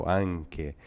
anche